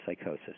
psychosis